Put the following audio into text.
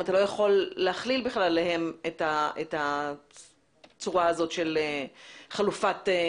אתה לא יכול להכליל אותם בצורה הזאת של